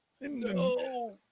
no